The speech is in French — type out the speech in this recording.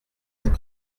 être